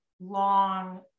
long